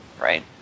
right